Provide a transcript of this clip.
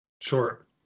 Sure